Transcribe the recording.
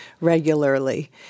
regularly